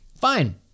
fine